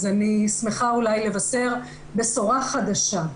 אז אני שמחה לבשר בשורה חדשה.